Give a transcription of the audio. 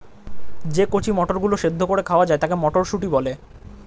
যে কচি মটরগুলো সেদ্ধ করে খাওয়া যায় তাকে মটরশুঁটি বলা হয়